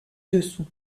dessous